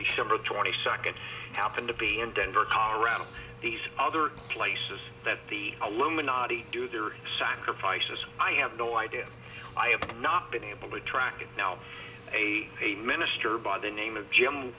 summer twenty second happened to be in denver colorado these other places that the alumina do their sacrifices i have no idea i have not been able to track now a a minister by the name of jim